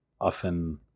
often